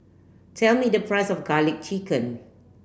tell me the price of garlic chicken